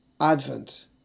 Advent